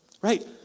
right